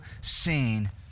seen